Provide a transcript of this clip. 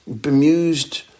bemused